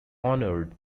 honored